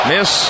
Miss